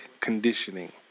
conditioning